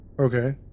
Okay